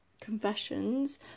confessions